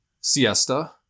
siesta